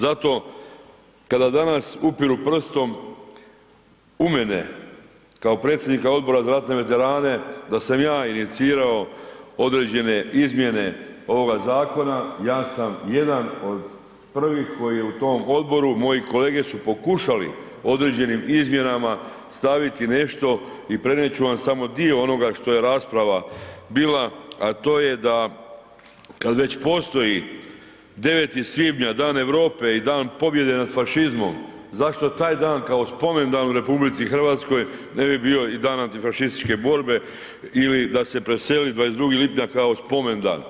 Zato kada danas upiru prstom u mene kao predsjednika Odbora za ratne veterane da sam ja inicirao određene izmjene ovoga zakona, ja sam jedan od prvih koji je u tom odboru, moji kolege su pokušali određenim izmjenama staviti nešto i prenijet ću vam samo dio onoga što je rasprava bila, a to je da kada već postoji 9. svibnja Dan Europe i Dan pobjede nad fašizmom, zašto taj dan kao spomendan u RH ne bi bio i Dan antifašističke borbe ili da se preseli 22. lipnja kao spomendan.